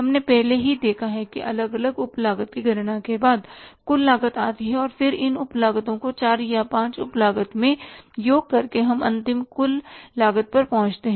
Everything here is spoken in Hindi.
हमने पहले ही देखा है कि अलग अलग उप लागत की गणना के बाद कुल लागत आती है और फिर इन उप लागतो को 4 या 5 उप लागत मैं योग करके हम अंतिम कुल लागत पर पहुंचते हैं